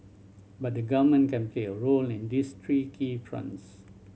but the Government can play a role in this three key fronts